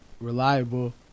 reliable